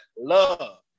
Love